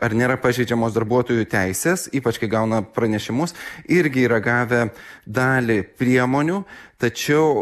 ar nėra pažeidžiamos darbuotojų teisės ypač kai gauna pranešimus irgi yra gavę dalį priemonių tačiau